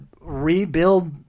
rebuild